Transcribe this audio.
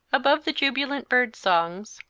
above the jubilant bird-songs,